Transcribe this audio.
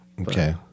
Okay